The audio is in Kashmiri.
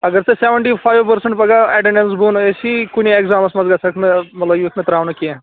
اگر ژےٚ سیٚونٹی فایو پٔرسنٹ پَگاہ اٮ۪ٹٮ۪ڈیٚنٕس بۄن آسی کُنے ایٚکزامس گَژھکھ نہٕ مطلب یِکھ نہٕ تَراونہٕ کیٚنٛہہ